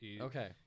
Okay